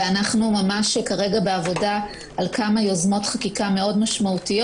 ואנחנו ממש כרגע בעבודה על כמה יוזמות חקיקה מאוד משמעותיות.